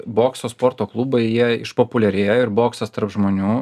bokso sporto klubai jie išpopuliarėjo ir boksas tarp žmonių